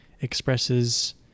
expresses